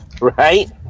Right